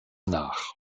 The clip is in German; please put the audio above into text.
nach